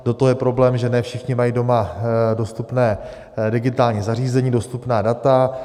Do toho je problém, že ne všichni mají doma dostupné digitální zařízení, dostupná data.